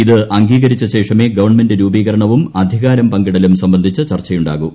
ഇത് അംഗീകരിച്ച ശേഷമേ ഗവൺമെന്റ് രൂപീകരണവും അധികാരം പങ്കിടലും സംബന്ധിച്ച് ചർച്ച ഉണ്ടാകൂ